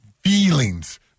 feelings